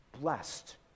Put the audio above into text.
Blessed